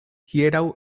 hieraŭ